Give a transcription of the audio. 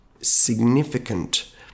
significant